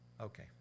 Okay